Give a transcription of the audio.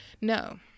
no